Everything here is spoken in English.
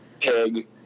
Pig